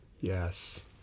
Yes